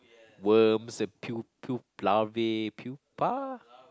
worms the pu~ pu~ larvae pupa